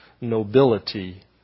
nobility